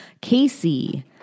Casey